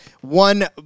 One